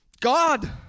God